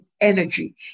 energy